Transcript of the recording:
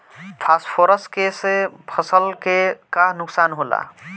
Phosphorus के से फसल के का नुकसान होला?